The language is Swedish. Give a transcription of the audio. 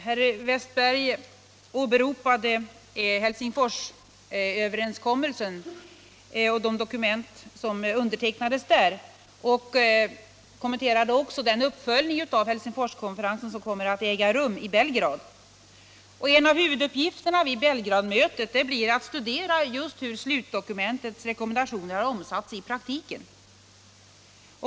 Herr talman! Herr Wästberg i Stockholm åberopade Helsingforsöverenskommelsen. Han kommenterade även den uppföljning av Helsingforskonferensen som kommer att äga rum i Belgrad. En av huvuduppgifterna vid Belgradmötet blir att studera just hur slutdokumentets rekommendationer har omsatts i praktiken.